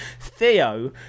Theo